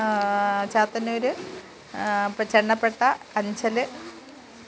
ചാത്തന്നൂർ അപ്പം ചെന്നപ്പട്ട അഞ്ചൽ